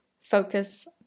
focus